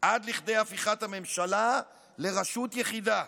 עד לכדי הפיכת הממשלה לרשות יחידה.